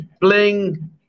Bling